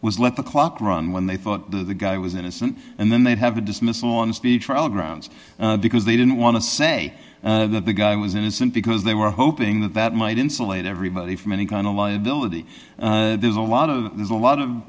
was let the clock run when they thought the guy was innocent and then they'd have a dismissal on speedy trial grounds because they didn't want to say the guy was innocent because they were hoping that that might insulate everybody from any kind of liability there's a lot of there's a lot of